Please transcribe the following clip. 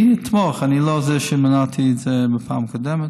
אני אתמוך, לא אני זה שמנעתי את זה בפעם הקודמת.